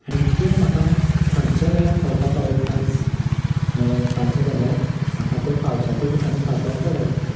आनी तें म्हाका खंयच्या वेळार खावपाक आवडटा म्हणपाचें जाल्यार म्हाका तें पावसाच्या दिसांनी खावपाक चड आवडटा